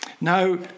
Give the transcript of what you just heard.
now